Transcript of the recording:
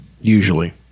Usually